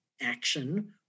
action